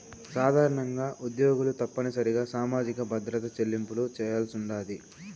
సాధారణంగా ఉద్యోగులు తప్పనిసరిగా సామాజిక భద్రత చెల్లింపులు చేయాల్సుండాది